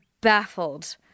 baffled